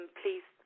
please